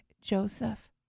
Joseph